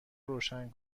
روشن